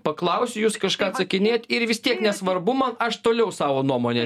paklausiu jūs kažką atsakinėjat ir vis tiek nesvarbu man aš toliau savo nuomonę